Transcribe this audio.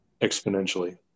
exponentially